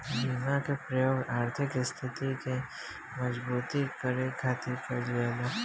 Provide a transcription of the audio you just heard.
बीमा के प्रयोग आर्थिक स्थिति के मजबूती करे खातिर कईल जाला